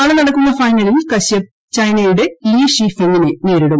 നാളെ ന്നടക്കുന്ന ഫൈനലിൽ കശ്യപ് ചൈനയുടെ ലീ ഷീ ഫെങിനെ നേരിടും